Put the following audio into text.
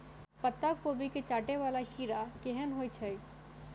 पत्ता कोबी केँ चाटय वला कीड़ा केहन होइ छै?